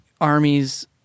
armies